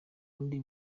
burundi